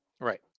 Right